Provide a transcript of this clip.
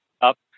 up